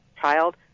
child